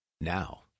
Now